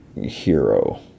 hero